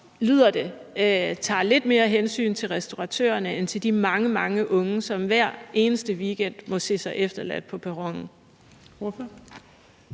lyder det til, tager lidt mere hensyn til restauratørerne end til de mange, mange unge, som hver eneste weekend må se sig efterladt på perronen.